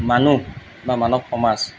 মানুহ বা মানৱসমাজ